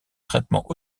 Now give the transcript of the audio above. traitement